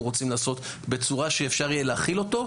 רוצים לעשות בצורה שאפשר יהיה להכיל אותו,